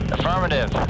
Affirmative